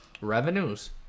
revenues